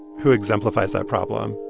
who exemplifies that problem?